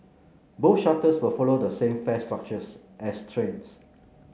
both shuttles will follow the same fare structure as trains